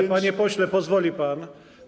Ale, panie pośle, pozwoli pan.